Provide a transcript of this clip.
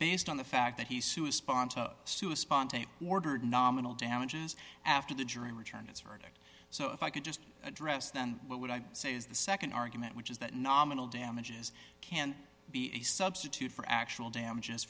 based on the fact that he's suing sponsor sue a spontaneous ordered nominal damages after the jury returned its verdict so if i could just address then what would i say is the nd argument which is that nominal damages can be a substitute for actual damages